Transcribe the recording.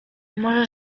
może